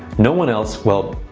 no one else, well,